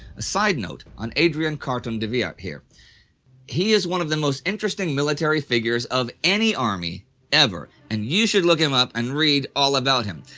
a side note on adrian carton de wiart here he is one of the most interesting military figures of any army ever, and you should look him up and read about him.